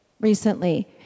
recently